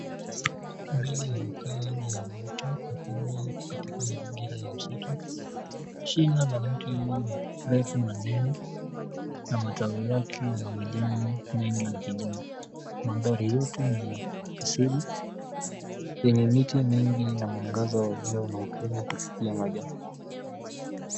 Tumbili amekaa juu ya mti mkubwa katika mazingira ya msitu. Shina la mti huu ni mrefu na nene, na matawi yake yana majani mengi ya kijani. Magari yote ni ya asili penye miti mingi na mwangaza wa jua unaopenya kupitia majani.